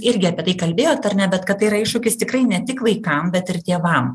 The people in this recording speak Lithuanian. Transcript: irgi apie tai kalbėjot ar ne bet kad tai yra iššūkis tikrai ne tik vaikam bet ir tėvam